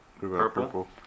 Purple